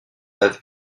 avec